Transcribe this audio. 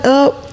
up